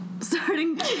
starting